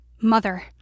Mother